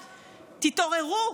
תתעוררו,